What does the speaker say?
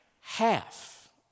Half